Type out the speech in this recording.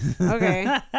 Okay